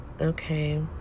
Okay